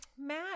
matt